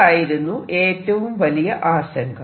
ഇതായിരുന്നു ഏറ്റവും വലിയ ആശങ്ക